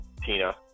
Tina